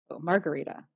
Margarita